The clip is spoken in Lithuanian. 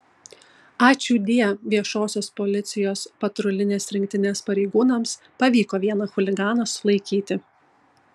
ačiūdie viešosios policijos patrulinės rinktinės pareigūnams pavyko vieną chuliganą sulaikyti